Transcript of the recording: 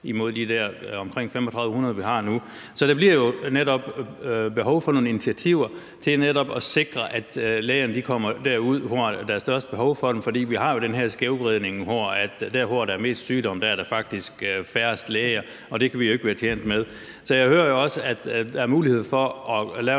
imod de der omkring 3.500, vi har nu. Så der bliver jo behov for nogle initiativer for netop at sikre, at lægerne kommer derud, hvor der er størst behov for dem. For vi har jo den her skævvridning, hvor der faktisk er færrest læger der, hvor der er mest sygdom, og det kan vi ikke være tjent med. Så jeg hører også, at der fra Danmarksdemokraternes